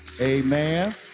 Amen